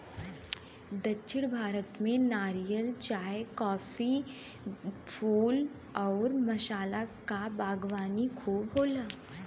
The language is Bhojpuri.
दक्षिण भारत में नारियल, चाय, काफी, फूल आउर मसाला क बागवानी खूब होला